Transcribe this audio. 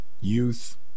youth